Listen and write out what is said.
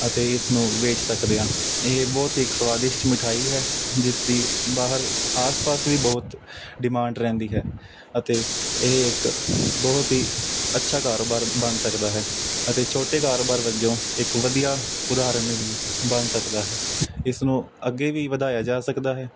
ਅਤੇ ਇਸ ਨੂੰ ਵੇਚ ਸਕਦੇ ਹਾਂ ਇਹ ਬਹੁਤ ਹੀ ਇੱਕ ਸਵਾਦਿਸ਼ਟ ਮਿਠਾਈ ਹੈ ਜਿਸ ਦੀ ਬਾਹਰ ਆਸ ਪਾਸ ਵੀ ਬਹੁਤ ਡਿਮਾਂਡ ਰਹਿੰਦੀ ਹੈ ਅਤੇ ਇਹ ਇੱਕ ਬਹੁਤ ਹੀ ਅੱਛਾ ਕਾਰੋਬਾਰ ਬਣ ਸਕਦਾ ਹੈ ਅਤੇ ਛੋਟੇ ਕਾਰੋਬਾਰ ਵਜੋਂ ਇੱਕ ਵਧੀਆ ਉਦਾਹਰਨ ਵੀ ਬਣ ਸਕਦਾ ਹੈ ਇਸ ਨੂੰ ਅੱਗੇ ਵੀ ਵਧਾਇਆ ਜਾ ਸਕਦਾ ਹੈ